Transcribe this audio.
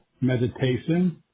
meditation